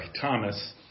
Thomas